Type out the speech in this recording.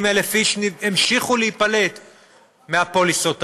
80,000 איש המשיכו להיפלט מהפוליסות האלו.